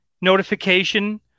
notification